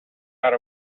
out